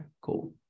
cool